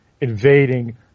invading